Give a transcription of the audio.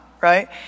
right